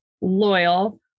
loyal